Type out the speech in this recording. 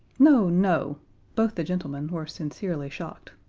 no, no both the gentlemen were sincerely shocked.